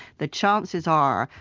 the chances are,